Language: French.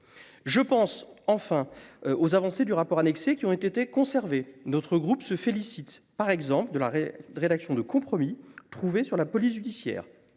Je pense enfin aux avancées du rapport annexé qui ont été conservées. Notre groupe se félicite par exemple de la rédaction de compromis trouvé sur la police judiciaire